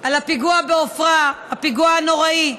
על הפיגוע בעפרה, הפיגוע הנוראי.